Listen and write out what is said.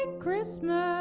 ah christmas